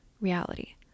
reality